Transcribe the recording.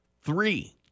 Three